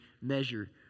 measure